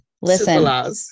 Listen